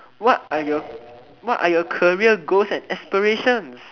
what are your what are your career goals and aspiration